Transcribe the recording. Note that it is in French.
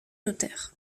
notaire